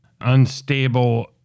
unstable